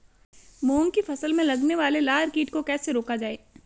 मूंग की फसल में लगने वाले लार कीट को कैसे रोका जाए?